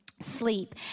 Sleep